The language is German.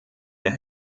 mehr